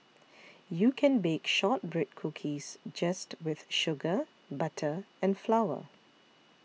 you can bake Shortbread Cookies just with sugar butter and flour